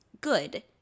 good